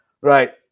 right